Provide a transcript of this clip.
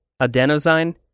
adenosine